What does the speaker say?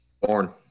Born